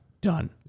done